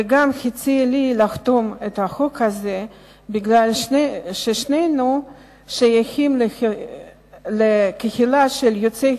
וגם הציע לי לחתום על החוק הזה מפני ששנינו שייכים לקהילה של יוצאי